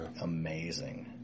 amazing